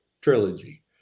trilogy